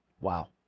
Wow